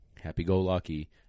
happy-go-lucky